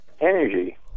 energy